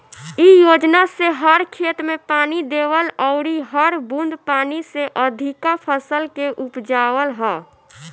इ योजना से हर खेत में पानी देवल अउरी हर बूंद पानी से अधिका फसल के उपजावल ह